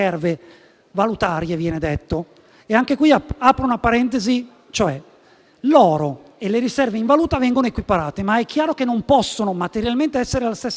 valutarie. Anche qui apro una parentesi: l'oro e le riserve in valuta vengono equiparate, ma è chiaro che non posso materialmente essere la stessa cosa.